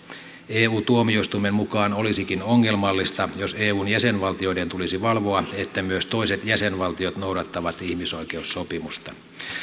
eu tuomioistuimen mukaan olisikin ongelmallista jos eun jäsenvaltioiden tulisi valvoa että myös toiset jäsenvaltiot noudattavat ihmisoikeussopimusta